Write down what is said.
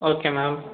okay ma'am